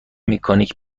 مکانیک